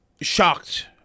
shocked